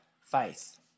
faith